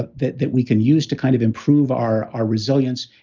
but that that we can use to kind of improve our our resilience,